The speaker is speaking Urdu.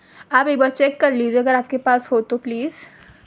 آپ ایک بار چیک کر لیجیے اگر آپ کے پاس ہو تو پلیز